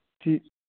ਠੀਕ